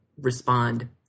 respond